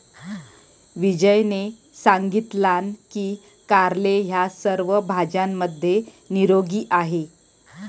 विजयने सांगितलान की कारले ह्या सर्व भाज्यांमध्ये निरोगी आहे